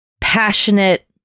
passionate